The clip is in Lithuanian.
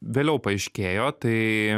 vėliau paaiškėjo tai